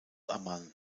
amman